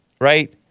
right